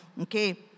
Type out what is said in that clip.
Okay